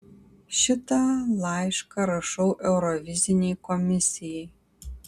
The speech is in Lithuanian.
šitą laišką rašau eurovizinei komisijai